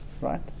Right